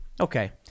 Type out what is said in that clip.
Okay